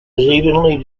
evenly